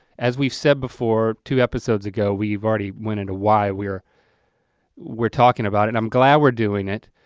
as we've said before two episodes ago, we've already went into why we're we're talking about it i'm glad we're doing it.